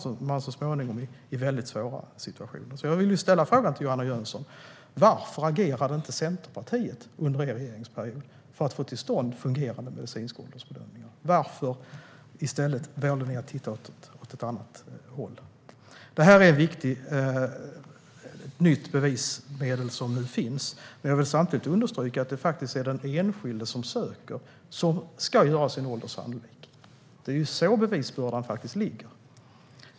Då blir det svåra situationer. Jag ställer frågorna till Johanna Jönsson: Varför agerade inte Centerpartiet under er regeringsperiod för att få till stånd fungerande medicinska åldersbedömningar? Varför valde ni att titta åt ett annat håll? Åldersbedömning är ett nytt bevismedel, men jag vill samtidigt understryka att det faktiskt är den enskilde som söker som ska göra sin ålder sannolik. Det är så bevisbördan faktiskt ligger.